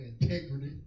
integrity